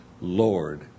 Lord